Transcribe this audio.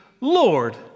Lord